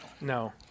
No